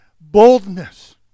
boldness